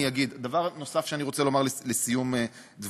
דבר נוסף שאני רוצה לומר לקראת סיום דברי: